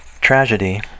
tragedy